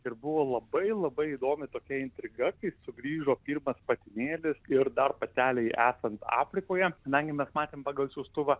ir buvo labai labai įdomi tokia intriga kaip sugrįžo pirmas patinėlis ir dar patelei esant afrikoje kadangi mes matėm pagal siųstuvą